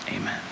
amen